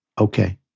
Okay